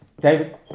David